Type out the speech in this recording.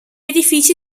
edifici